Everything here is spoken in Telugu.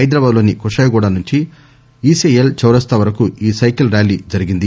హైదరాబాద్ లోని కుషాయిగూడా నుంచి ఇసిఐఎల్ చౌరాస్తా వరకు ఈ సైకిల్ ర్యాలీ జరిగింది